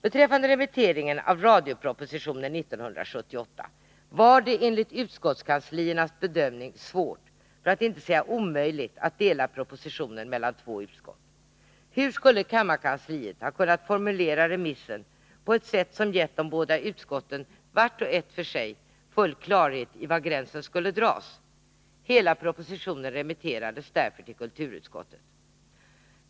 Beträffande remitteringen av radiopropositionen 1978 var det enligt utskottskansliernas bedömning svårt — för att inte säga omöjligt — att dela propositionen mellan två utskott. Hur skulle kammarkansliet ha kunnat formulera remissen på ett sätt som gett de båda utskotten, vart och ett för sig, full klarhet i var gränsen skulle dras? Hela propositionen remitterades därför till kulturutskottet.